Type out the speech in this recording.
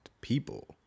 people